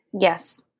Yes